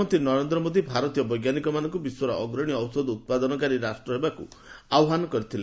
ପ୍ରଧାନମନ୍ତ୍ରୀ ନରେନ୍ଦ୍ର ମୋଦି ଭାରତୀୟ ବୈଜ୍ଞାନିକମାନଙ୍କୁ ବିଶ୍ୱର ଅଗ୍ରଣୀ ଔଷଧ ଉତ୍ପାଦନକାରୀ ରାଷ୍ଟ୍ର ହେବାକୁ ଆହ୍ୱାନ କରିଥିଲେ